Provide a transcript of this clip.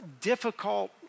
difficult